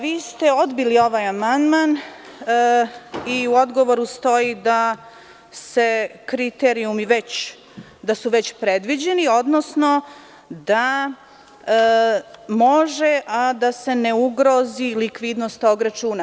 Vi ste odbili ovaj amandman i u odgovoru stoji da su kriterijumi već predviđeni, odnosno da može, a da se ne ugrozi likvidnost tog računa.